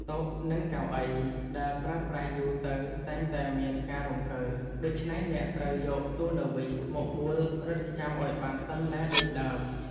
តុ និងកៅអីដែលប្រើប្រាស់យូរទៅតែងតែមានការរង្គើ ដូច្នេះអ្នកត្រូវយកទួណឺវីសមកមួលរឹតខ្ចៅឱ្យបានតឹងណែនដូចដើម។